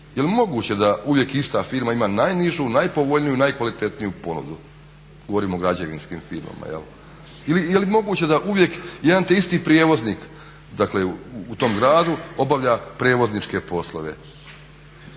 Je li moguće da uvijek ista firma ima najnižu, najpovoljniju, najkvalitetniju ponudu? Govorim o građevinskim firmama. Je li moguće da uvijek jedan te isti prijevoznik dakle u tom gradu obavlja prijevozničke poslove?